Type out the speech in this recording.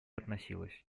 относилось